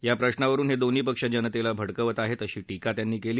या प्रशावरुन हे दोन्ही पक्ष जनतेला भडकवत आहेत अशी फ़ा त्यांनी केली